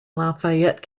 lafayette